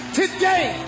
today